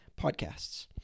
podcasts